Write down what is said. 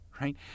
right